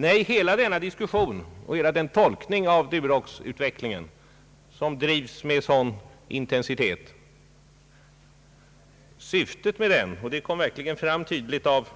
Nej, syftet med hela den diskussion som med sådan intensitet bedrivs rörande frågan om Durox är inte — detta framkom tydligt av